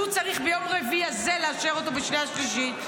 שביום רביעי הזה הוא צריך לאשר אותו בשנייה ושלישית,